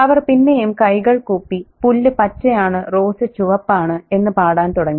അവർ പിന്നെയും കൈകൾ കൂപ്പി പുല്ല് പച്ചയാണ് റോസ് ചുവപ്പാണ് എന്ന് പാടാൻ തുടങ്ങി